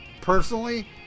personally